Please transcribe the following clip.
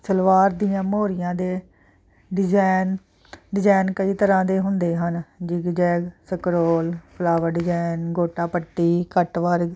ਸਲਵਾਰ ਦੀਆਂ ਮੋਰੀਆਂ ਦੇ ਡਿਜ਼ਾਇਨ ਡਿਜ਼ਾਇਨ ਕਈ ਤਰ੍ਹਾਂ ਦੇ ਹੁੰਦੇ ਹਨ zigzag scroll flower design ਗੋਟਾ ਪੱਟੀ ਕੱਟ ਵਾਰ